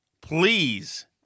Please